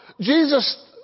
Jesus